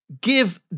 Give